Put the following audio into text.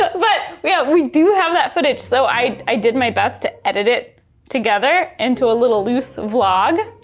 but but yeah, we do have that footage so i i did my best to edit it together into a little loose vlog.